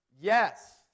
Yes